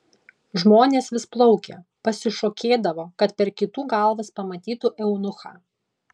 žmonės vis plaukė pasišokėdavo kad per kitų galvas pamatytų eunuchą